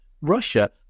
Russia